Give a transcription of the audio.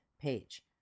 page